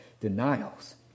denials